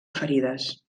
ferides